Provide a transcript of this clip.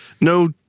no